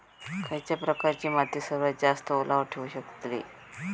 खयच्या प्रकारची माती सर्वात जास्त ओलावा ठेवू शकतली?